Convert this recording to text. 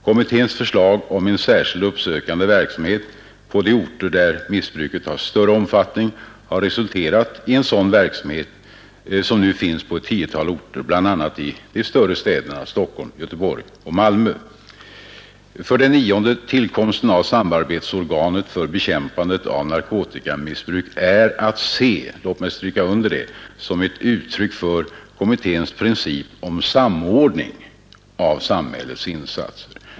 Kommitténs förslag om en särskild uppsökande verksamhet på de orter där missbruket har större omfattning har resulterat i att sådan verksamhet nu finns på ett tiotal orter, bl.a. i storstäderna Stockholm, Göteborg och Malmö. 9. Tillkomsten av samarbetsorganet för bekämpande av narkotikamissbruk är att se — låt mig stryka under det — som ett uttryck för kommitténs princip om samordning av samhällets insatser.